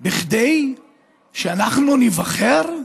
כדי שאנחנו ניבחר?